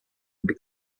they